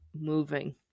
moving